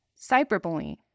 Cyberbullying